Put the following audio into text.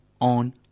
on